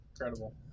incredible